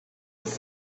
was